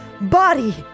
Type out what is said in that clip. body